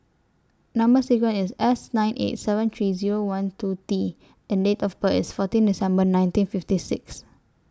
Number sequence IS S nine eight seven three Zero one two T and Date of birth IS fourteen December nineteen fifty six